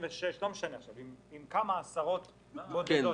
כמה עשרות בודדות.